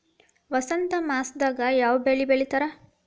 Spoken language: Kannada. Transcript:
ವಸಂತ ಮಾಸದಾಗ್ ಯಾವ ಬೆಳಿ ಬೆಳಿತಾರ?